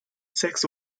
sex